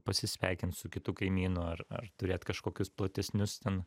pasisveikint su kitu kaimynu ar ar turėt kažkokius platesnius ten